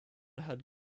had